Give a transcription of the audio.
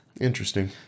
Interesting